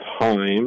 time